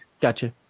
Gotcha